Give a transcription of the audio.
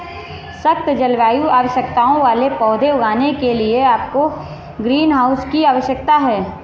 सख्त जलवायु आवश्यकताओं वाले पौधे उगाने के लिए आपको ग्रीनहाउस की आवश्यकता है